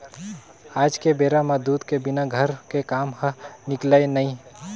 आज के बेरा म दूद के बिना घर के काम ह निकलय नइ